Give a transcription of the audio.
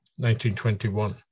1921